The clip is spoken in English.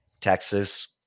Texas